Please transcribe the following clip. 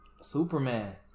Superman